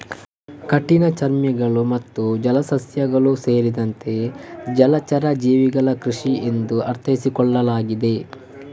ಕಠಿಣಚರ್ಮಿಗಳು ಮತ್ತು ಜಲಸಸ್ಯಗಳು ಸೇರಿದಂತೆ ಜಲಚರ ಜೀವಿಗಳ ಕೃಷಿ ಎಂದು ಅರ್ಥೈಸಿಕೊಳ್ಳಲಾಗಿದೆ